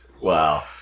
Wow